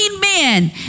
men